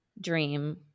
dream